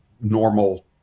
normal